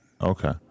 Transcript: Okay